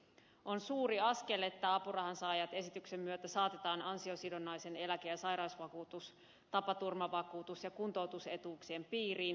on suuri askel että apurahansaajat esityksen myötä saatetaan ansiosidonnaisen eläke sairausvakuutus tapaturmavakuutus ja kuntoutusetuuksien piiriin